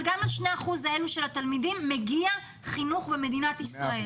אבל ל-2% האלה של התלמידים מגיע חינוך במדינת ישראל.